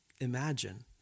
imagine